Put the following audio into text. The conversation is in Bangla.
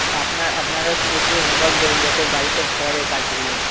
আপনার আপনারা একটু বেশি করে হোমওয়ার্ক দেবেন যাতে ও বাড়িতে করে কাজগুলো